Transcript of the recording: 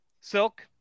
Silk